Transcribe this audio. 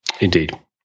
Indeed